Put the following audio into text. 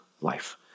life